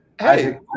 Hey